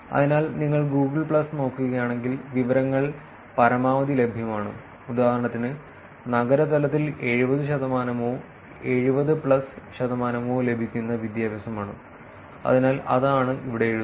അതിനാൽ നിങ്ങൾ Google plus നോക്കുകയാണെങ്കിൽ വിവരങ്ങൾ പരമാവധി ലഭ്യമാണ് ഉദാഹരണത്തിന് നഗര തലത്തിൽ 70 ശതമാനമോ 70 പ്ലസ് ശതമാനമോ ലഭിക്കുന്ന വിദ്യാഭ്യാസമാണ് അതിനാൽ അതാണ് ഇവിടെ എഴുതുന്നത്